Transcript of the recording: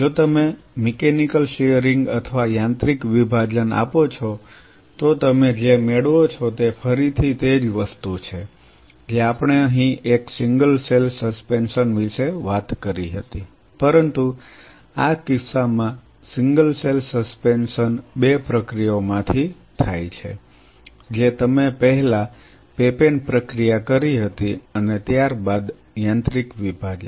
જો તમે mechanical shearing અથવા યાંત્રિક વિભાજન આપો છો તો તમે જે મેળવો છો તે ફરીથી તે જ વસ્તુ છે જે આપણે અહીં એક સિંગલ સેલ સસ્પેન્શન વિશે વાત કરી હતી પરંતુ આ કેસમાં સિંગલ સેલ સસ્પેન્શન 2 પ્રક્રિયાઓમાંથી પસાર થાય છે જે તમે પહેલા પેપેન પ્રક્રિયા કરી હતી અને ત્યારબાદ યાંત્રિક વિભાજન